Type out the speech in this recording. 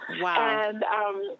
Wow